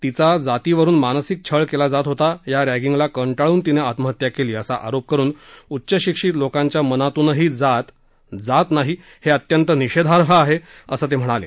तिचा जातीवरून मानसिक छळ केला जात होता या रणिंगला कंटाळून तीने आत्महत्या केली असा आरोप करुन उच्च शिक्षित लोकांच्या मनातूनही जात जात नाही हे अत्यंत निषेधार्ह आहे असं ते म्हणाले